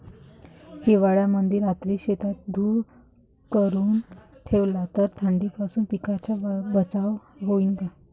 हिवाळ्यामंदी रात्री शेतात धुर करून ठेवला तर थंडीपासून पिकाचा बचाव होईन का?